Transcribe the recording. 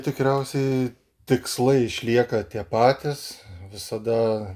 tikriausiai tikslai išlieka tie patys visada